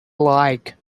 like